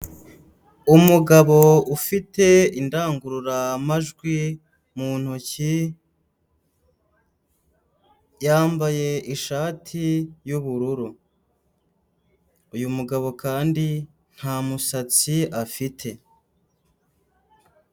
Umugabo ufite indangururamajwi mu ntoki, yambaye ishati y'ubururu. Uyu mugabo kandi nta musatsi afite.